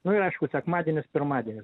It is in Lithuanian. nu ir aišku sekmadienis pirmadienis